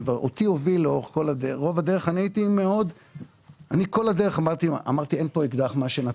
לאורך כל הדרך אני אמרתי שאין כאן אקדח מעשן,